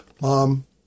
mom